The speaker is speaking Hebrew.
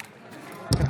העלייה,